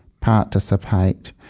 participate